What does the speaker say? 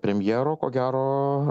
premjero ko gero